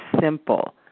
simple